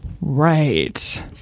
Right